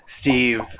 Steve